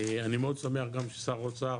אני מאוד שמח גם ששר האוצר